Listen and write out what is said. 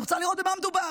אני רוצה לראות במה מדובר,